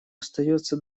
остается